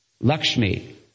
Lakshmi